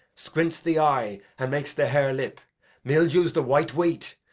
squints the eye, and makes the harelip mildews the white wheat,